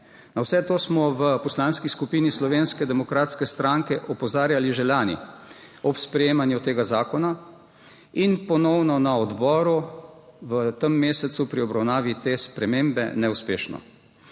Na vse to smo v Poslanski skupini Slovenske demokratske stranke opozarjali že lani ob sprejemanju tega zakona in ponovno na odboru v tem mesecu pri obravnavi te spremembe, vendar neuspešno.